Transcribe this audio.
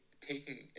taking